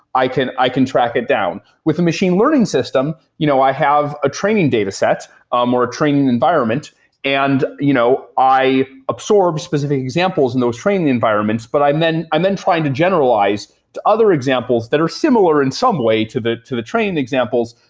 i can i can track it down. with a machine learning system, you know i have a training data set, um or a training environment and you know i absorb specific examples in those training environments, but i'm then i'm then trying to generalize to other examples that are similar in some way to the to the training examples,